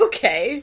Okay